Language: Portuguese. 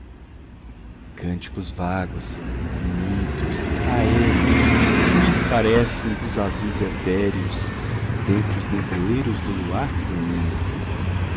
cânticos vagos infinitos aéreos fluir parecem dos azuis etéreos dentre os nevoeiros do luar fluindo